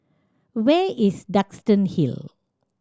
where is Duxton Hill